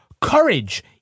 courage